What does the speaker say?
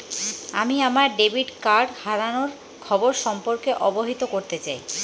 আমি আমার debit card হারানোর খবর সম্পর্কে অবহিত করতে চাই